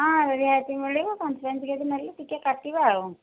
ହଁ ରିହାତି ମିଳିବ ପାଞ୍ଚ ପାଞ୍ଚ କେଜି ନେଲେ ଟିକେ କାଟିବା ଆଉ